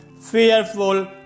fearful